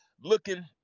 looking